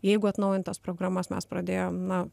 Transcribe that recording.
jeigu atnaujintas programas mes pradėjom na